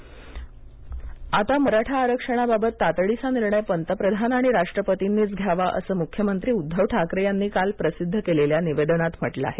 मराठा आरक्षण आता मराठा आरक्षणाबाबत तातडीचा निर्णय पंतप्रधान आणि राष्ट्रपतींनीच घ्यावाअसं मुख्यमंत्री उद्धव ठाकरे यांनी काल प्रसिद्ध केलेल्या निवेदनात म्हटलं आहे